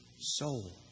soul